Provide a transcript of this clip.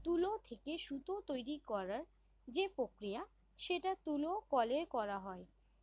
তুলো থেকে সুতো তৈরী করার যে প্রক্রিয়া সেটা তুলো কলে করা হয়